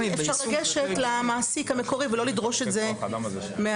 אפשר לגשת למעסיק המקורי ולא לדרוש את זה מהמנהל.